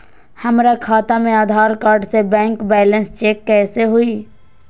हमरा खाता में आधार कार्ड से बैंक बैलेंस चेक कैसे हुई?